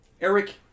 eric